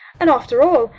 and after all,